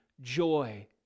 joy